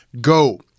Go